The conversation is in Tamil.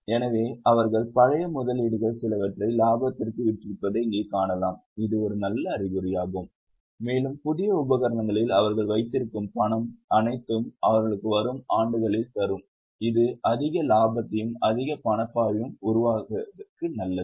எனவே அவர்கள் பழைய முதலீடுகளில் சிலவற்றை லாபத்தில் விற்றிருப்பதை இங்கே காணலாம் இது நல்ல அறிகுறியாகும் மேலும் புதிய உபகரணங்களில் அவர்கள் வைத்திருக்கும் பணம் அனைத்தும் அவர்களுக்கு வரும் ஆண்டுகளில் தரும் இது அதிக லாபத்தையும் அதிக பணப்பாய்வை உருவாக்குவதற்கு நல்லது